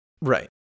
Right